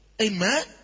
Amen